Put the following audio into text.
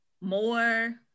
more